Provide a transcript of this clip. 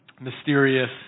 mysterious